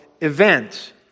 event